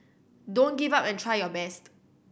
don't give up and try your best